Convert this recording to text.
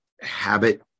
habit